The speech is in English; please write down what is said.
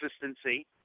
consistency